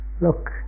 Look